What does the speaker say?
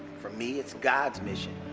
for me it's god's mission,